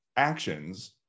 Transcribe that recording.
actions